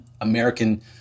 American